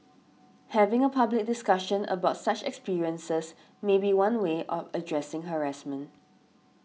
having a public discussion about such experiences may be one way of addressing harassment